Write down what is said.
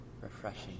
refreshing